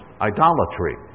idolatry